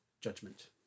judgment